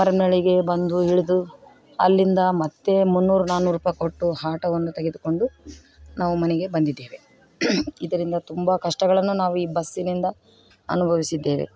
ಮರಿಯಮ್ನಳ್ಳಿಗೆ ಬಂದು ಇಳಿದು ಅಲ್ಲಿಂದ ಮತ್ತು ಮುನ್ನೂರು ನಾನೂರು ರುಪಾಯಿ ಕೊಟ್ಟು ಆಟೋವನ್ನು ತೆಗೆದುಕೊಂಡು ನಾವು ಮನೆಗೆ ಬಂದಿದ್ದೇವೆ ಇದರಿಂದ ತುಂಬ ಕಷ್ಟಗಳನ್ನು ನಾವು ಈ ಬಸ್ಸಿನಿಂದ ಅನುಭವಿಸಿದ್ದೇವೆ